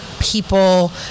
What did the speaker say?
people